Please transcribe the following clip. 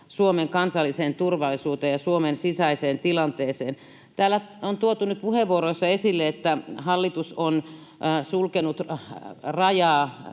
Suomen kansalliseen turvallisuuteen ja Suomen sisäiseen tilanteeseen: Täällä on tuotu nyt puheenvuoroissa esille, että hallitus on sulkenut rajaa